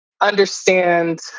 understand